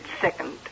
second